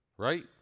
right